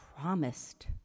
promised